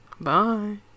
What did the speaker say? Bye